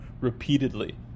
repeatedly